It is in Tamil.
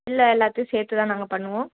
இல்லை எல்லாத்தையும் சேர்த்துதான் நாங்கள் பண்ணுவோம்